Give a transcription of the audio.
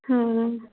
ਹਮ